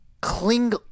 cling